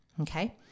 Okay